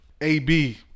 AB